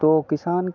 तो किसान